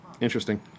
Interesting